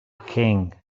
king